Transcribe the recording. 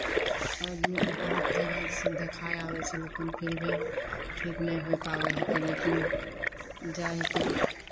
आदमी बहुत जगहसँ देखाए आबै छै लेकिन फिर भी ठीक नहि होइ पाबै हिकै लेकिन जाइ हिकै